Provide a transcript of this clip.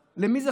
גישה.